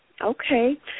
Okay